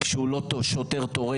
מעל 80% הם שוטרי שטח,